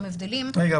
רגע.